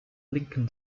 lincoln